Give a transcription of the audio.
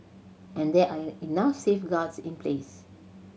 and there are enough safeguards in place